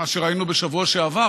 העליון,